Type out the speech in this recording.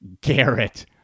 Garrett